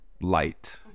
light